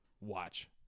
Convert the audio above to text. Watch